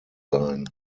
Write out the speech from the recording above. sein